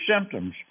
symptoms